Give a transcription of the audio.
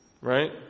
right